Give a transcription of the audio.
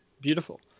beautiful